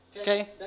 okay